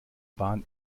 bahn